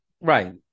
Right